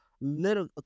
little